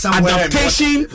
adaptation